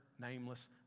nameless